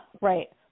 right